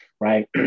right